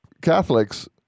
Catholics